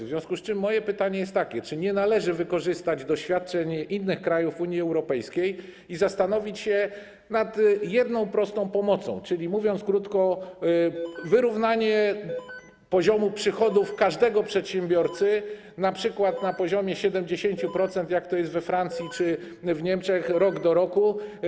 W związku z tym moje pytanie jest takie: Czy nie należy wykorzystać doświadczeń innych krajów Unii Europejskiej i zastanowić się nad jedną prostą formułą pomocy, czyli, mówiąc krótko, wyrównaniem poziomu przychodów każdego przedsiębiorcy np. w wymiarze 70%, jak to jest we Francji czy w Niemczech, rok do roku.